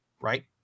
right